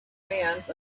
fans